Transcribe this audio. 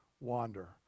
wander